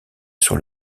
sur